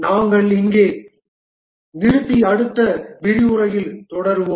நாங்கள் இங்கே நிறுத்தி அடுத்த விரிவுரையில் தொடருவோம்